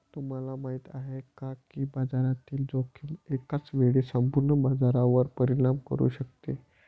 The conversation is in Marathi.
तुम्हाला माहिती आहे का की बाजारातील जोखीम एकाच वेळी संपूर्ण बाजारावर परिणाम करू शकते?